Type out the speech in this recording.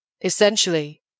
Essentially